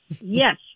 Yes